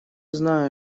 знаю